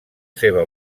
seva